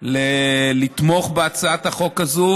לתמוך בהצעת החוק הזו.